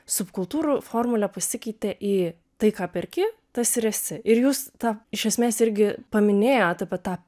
subkultūrų formulė pasikeitė į tai ką perki tas ir esi ir jūs tą iš esmės irgi paminėjot apie tą